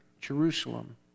Jerusalem